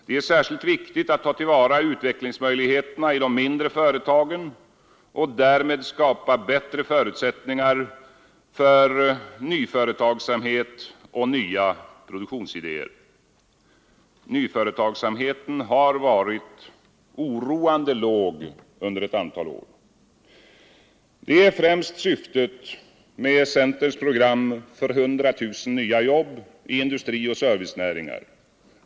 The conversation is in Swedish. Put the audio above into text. Det är särskilt viktigt att ta till vara utvecklingsmöjligheterna i de mindre företagen och därmed skapa bättre förutsättningar för nyföretagsamhet och nya produktionsidéer — nyföretagsamheten har varit oroande låg under ett antal år. Detta är främst syftet med centerns program för 100 000 nya jobb i industri och servicenäringar.